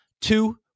two